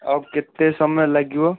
ଆଉ କେତେ ସମୟ ଲାଗିବ